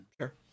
Sure